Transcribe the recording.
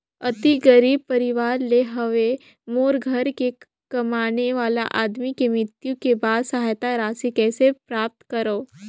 अति गरीब परवार ले हवं मोर घर के कमाने वाला आदमी के मृत्यु के बाद सहायता राशि कइसे प्राप्त करव?